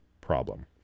problem